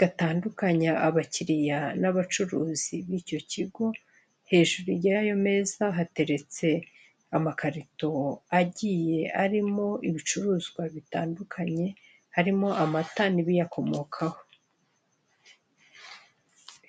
gatanduka abakira n'abacuruzi b'icyo kigo, hejuru yayo meza hateretse, amakarito arimo ibicuruzwa bitandukanye harimo amata n'ibiyakomokaho.